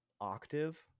octave